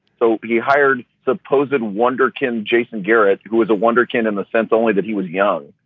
so he hired supposed and wunderkind jason garrett, who was a wunderkind in the sense only that he was young.